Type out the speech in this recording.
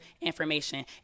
information